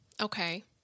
okay